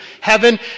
Heaven